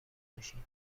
ماشین